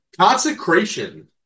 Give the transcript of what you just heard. Consecration